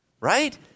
right